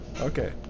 Okay